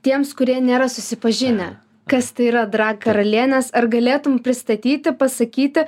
tiems kurie nėra susipažinę kas tai yra drag karalienės ar galėtum pristatyti pasakyti